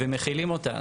ומחילים אותה.